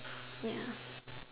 ya